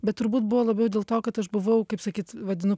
bet turbūt buvo labiau dėl to kad aš buvau kaip sakyt vadinu